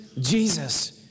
Jesus